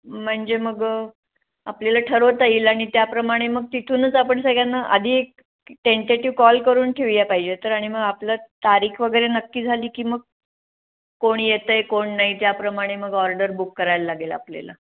म्हणजे मग आपल्याला ठरवता येईल आणि त्याप्रमाणे मग तिथूनच आपण सगळ्यांना आधी एक टेंटेटिव्ह कॉल करून ठेवूया पाहिजे तर आणि मग आपलं तारीख वगैरे नक्की झाली की मग कोण येतं आहे कोण नाही त्याप्रमाणे मग ऑर्डर बुक करायला लागेल आपल्याला